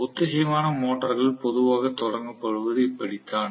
ஒத்திசைவான மோட்டார்கள் பொதுவாகத் தொடங்கப்படுவது இப்படித்தான்